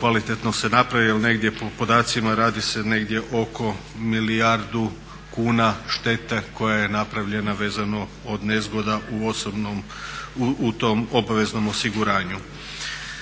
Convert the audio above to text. kvalitetno se napravi. Jer negdje po podacima radi se negdje oko milijardu kuna štete koja je napravljena od nezgoda u tom obaveznom osiguranju.